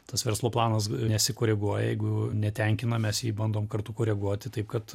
tas verslo planas nesikoreguoja jeigu netenkina mes jį bandom kartu koreguoti taip kad